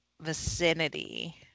vicinity